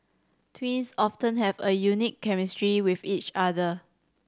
twins often have a unique chemistry with each other